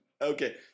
Okay